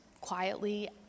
quietly